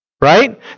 Right